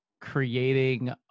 creating